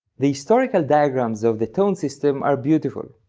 the historical diagrams of the tone system are beautiful,